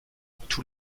tous